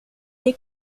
les